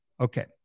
Okay